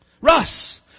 Russ